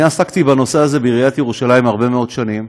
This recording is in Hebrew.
אני עסקתי בנושא הזה בעיריית ירושלים הרבה מאוד שנים,